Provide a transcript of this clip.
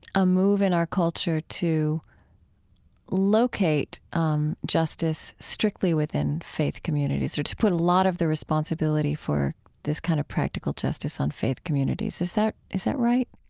a move in our culture to locate um justice strictly within faith communities, or to put a lot of the responsibility for this kind of practical justice on faith communities. is that is that right?